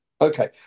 Okay